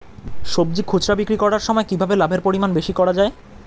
সবজি খুচরা বিক্রি করার সময় কিভাবে লাভের পরিমাণ বেশি করা যায়?